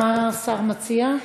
מה השר מציע?